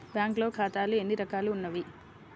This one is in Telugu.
బ్యాంక్లో ఖాతాలు ఎన్ని రకాలు ఉన్నావి?